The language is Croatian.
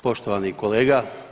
Poštovani kolega.